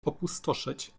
opustoszeć